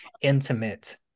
intimate